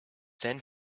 then